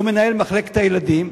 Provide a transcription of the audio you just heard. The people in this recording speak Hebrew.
או מנהל מחלקת הילדים,